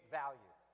value